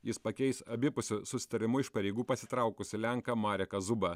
jis pakeis abipusiu susitarimu iš pareigų pasitraukusį lenką mareką zubą